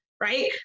right